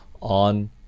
on